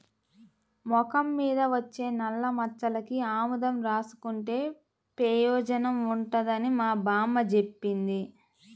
మొఖం మీద వచ్చే నల్లమచ్చలకి ఆముదం రాసుకుంటే పెయోజనం ఉంటదని మా బామ్మ జెప్పింది